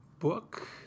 book